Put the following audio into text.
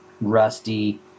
rusty